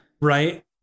right